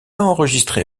enregistré